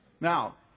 Now